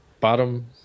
Bottom